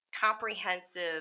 comprehensive